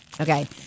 Okay